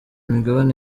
imigabane